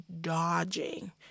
dodging